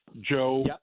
Joe